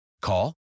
call